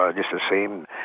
ah it's the same.